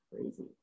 crazy